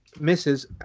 Misses